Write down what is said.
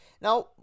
Now